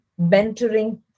mentoring